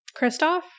Kristoff